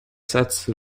setzte